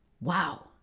wow